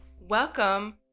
Welcome